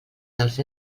dels